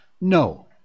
No